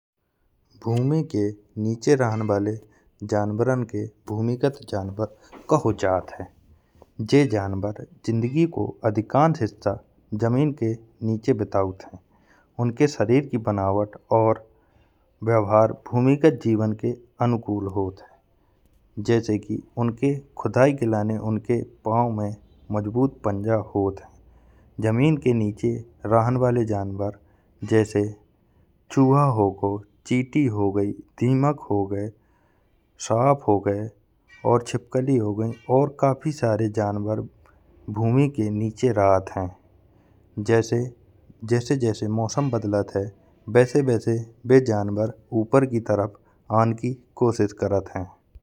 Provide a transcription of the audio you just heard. भूमि के नीचे रहन वाले जनवरन के भूमिगत जनवर कहो जात है। जे जनवर जिन्दगी को अधिकांस हिस्सा जमीन के नीचे बियत है। और उनके सरीर की बनावट और व्वहार भूमिगत जीवन के अनुकूल होत है। जैसे कि खुदाई के लाने उनके पाव में मजबूत पंजा होत है। जमीन के नीचे रहन वाले जनवर जैसे चूहा हो गा चिऊटी हो गई दीमक हो गए। साप हो गए और चिपकली हो गई और काफी सारे जनवर भूमि के नीचे राहत है। जैसे जैसे मौसम बदलत है वैसे वैसे वे जनवर ऊपर की तरफ औन की कोशिश करत है।